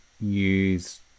use